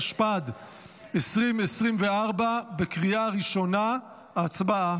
התשפ"ד 2024. הצבעה.